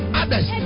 others